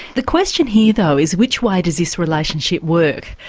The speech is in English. the question here though is which way does this relationship work.